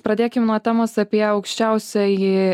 pradėkim nuo temos apie aukščiausiąjį